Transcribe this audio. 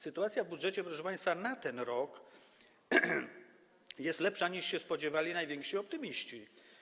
Sytuacja w budżecie, proszę państwa, na ten rok jest lepsza, niż się spodziewali najwięksi optymiści.